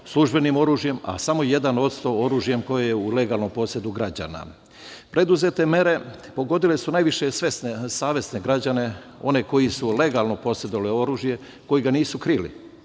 službenim oružjem, a samo 1% oružjem koje je u legalnom posedu građana. Preduzete mere pogodile su najviše savesne građane, oni koji su legalno posedovali oružje, koji ga nisu krili,